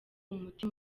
umuti